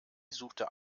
suchte